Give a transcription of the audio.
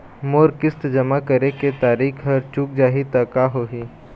मोर किस्त जमा करे के तारीक हर चूक जाही ता का होही?